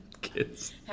kids